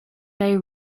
bay